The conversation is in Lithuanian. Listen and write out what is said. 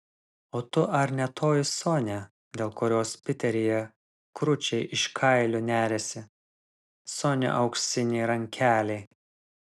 o tu ar ne toji sonia dėl kurios piteryje kručai iš kailio neriasi sonia auksinė rankelė